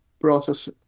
process